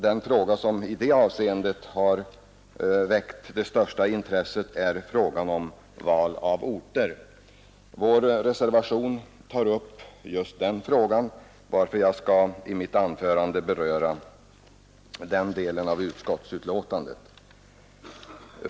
Den fråga som i detta avseende väckt det största intresset är valet av orter. Centerns reservation tar upp just den frågan, varför jag i mitt anförande skall begränsa mig till den delen av utskottets betänkande.